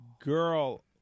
girl